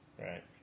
right